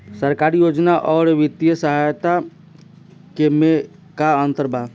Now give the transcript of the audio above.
सरकारी योजना आउर वित्तीय सहायता के में का अंतर बा?